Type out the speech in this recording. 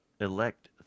elect